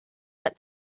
that